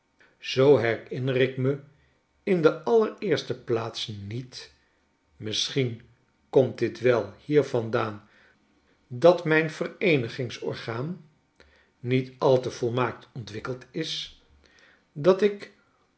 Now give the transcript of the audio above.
zoo herinner ik me in de allereerste plaats niet misschien komt dit wel hier vandaan dat mijn vereenigingsorgaan niet al te volmaakt ontwikkeld is dat ik